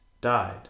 died